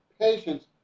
patients